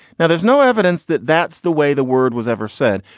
now, there's no evidence that that's the way the word was ever said.